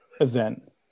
event